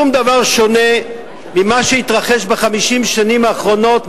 שום דבר שונה ממה שהתרחש ב-50 השנים האחרונות,